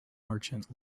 merchant